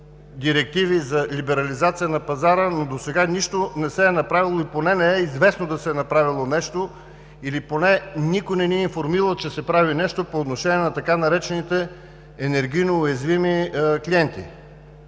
директиви за либерализация на пазара, но досега нищо не се е направило или поне не е известно да се е направило нещо, или поне никой не ни е информирал, че се прави нещо по отношение на така наречените енергийно уязвими клиенти.